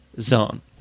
zone